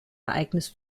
ereignis